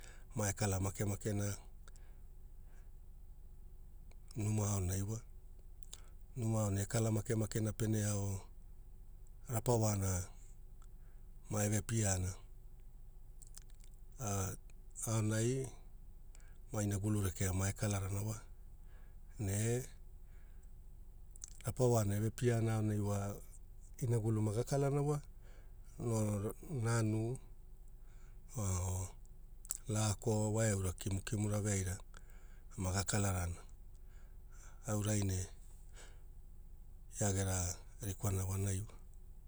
Mae kala makemakena numa aonai wa. Numa aonai ekala makemakena pene ao, rapa waana mave piaana aonai mainagulu rekea mae kalarana wa ne rapa waana eve piana aonai wa, inagulu maga kalana wa nanu, lako waeaura kimukimura veaira gakalarana. Aurai ne ia gera rikwana vonai.